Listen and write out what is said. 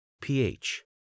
pH